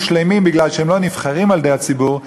שלמים מכיוון שהם לא נבחרים על-ידי הציבור,